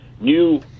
new